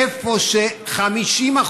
איפה ש-50%